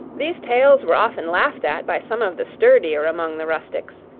these tales were often laughed at by some of the sturdier among the rustics,